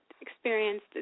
experienced